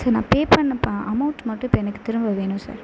sir நான் pay பண்ணிண ப அமௌண்ட் மட்டும் இப்போ எனக்கு திரும்ப வேணும் சார்